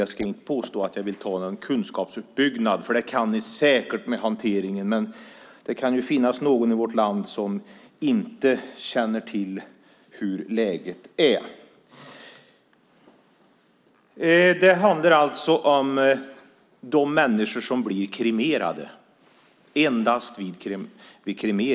Jag vill inte påstå att jag vill tala om kunskapsuppbyggnad eftersom ni säkert kan hanteringen, men det kan finnas någon i vårt land som inte känner till hur läget är. Det här handlar alltså om de människor som blir kremerade.